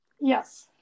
yes